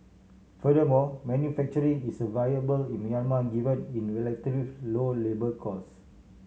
furthermore manufacturing is viable in Myanmar given in relatively low labour costs